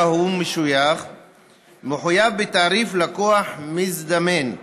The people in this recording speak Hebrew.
הוא משויך מחויב בתעריף לקוח מזדמן,